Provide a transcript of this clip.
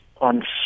on